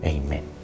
Amen